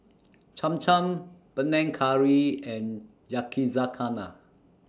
Cham Cham Panang Curry and Yakizakana